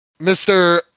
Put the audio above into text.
Mr